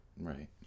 Right